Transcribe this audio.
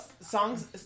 songs